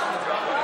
בגלל הפגרה.